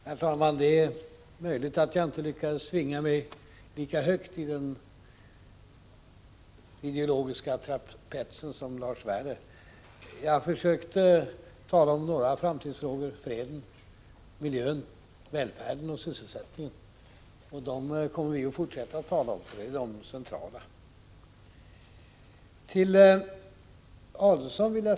Herr talman! Det är möjligt att jag inte lyckades svinga mig lika högt i den ideologiska trapetsen som Lars Werner. Jag försökte tala om några framtidsfrågor, nämligen freden, miljön, välfärden och sysselsättningen. Vi kommer att fortsätta att tala om dessa frågor, därför att de är centrala.